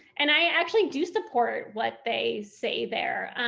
and i actually do support what they say there.